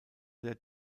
der